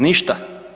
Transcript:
Ništa.